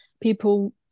people